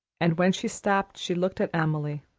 and when she stopped she looked at emily,